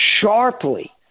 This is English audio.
sharply